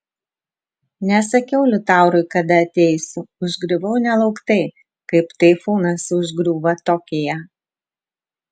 nesakiau liutaurui kada ateisiu užgriuvau nelauktai kaip taifūnas užgriūva tokiją